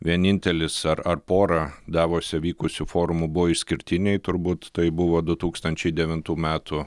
vienintelis ar ar pora davose vykusių forumų buvo išskirtiniai turbūt tai buvo du tūkstančiai devintų metų